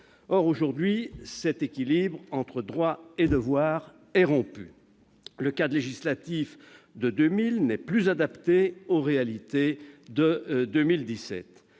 Or, aujourd'hui, cet équilibre entre droits et devoirs est rompu. Le cadre législatif de 2000 n'est plus adapté aux réalités de 2017.